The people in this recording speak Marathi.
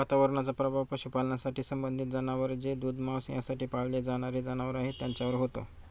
वातावरणाचा प्रभाव पशुपालनाशी संबंधित जनावर जे दूध, मांस यासाठी पाळले जाणारे जनावर आहेत त्यांच्यावर होतो